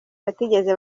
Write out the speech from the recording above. batigeze